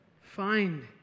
find